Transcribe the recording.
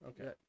okay